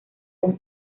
con